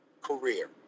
career